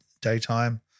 daytime